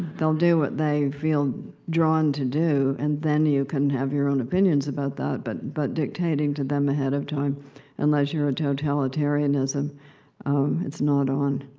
they'll do what they feel drawn to do, and then you can have your own opinions about that, but but dictating to them ahead of time unless you're in ah totalitarianism it's not on.